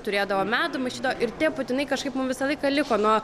turėdavo medų maišydavo ir tie putinai kažkaip mum visą laiką liko nuo